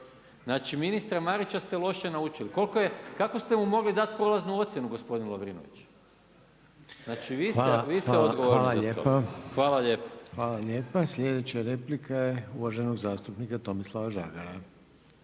Znači ministra Marića ste loše naučili. Koliko je, kako ste mu mogli dati prolaznu ocjenu, gospodin Lovrinović. Znači vi ste odgovorni za to. Hvala lijepa. **Reiner, Željko (HDZ)** Hvala lijepa. Sljedeća replika je uvaženog zastupnika Tomislava Žagara.